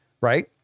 Right